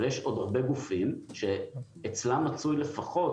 אבל יש עוד הרבה גופים שאצלם מצוי לפחות